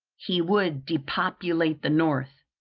he would depopulate the north.